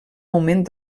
augment